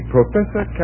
Professor